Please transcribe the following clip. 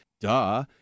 Duh